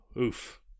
oof